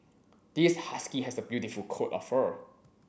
this husky has a beautiful coat of fur